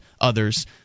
others